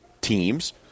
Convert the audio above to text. Teams